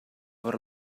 per